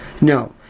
No